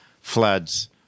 floods